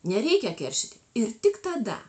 nereikia keršyti ir tik tada